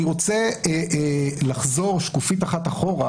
אני רוצה לחזור שקופית אחת אחורה